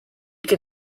can